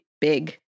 Big